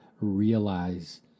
realize